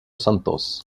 santos